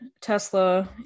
Tesla